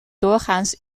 doorgaans